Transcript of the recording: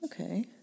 okay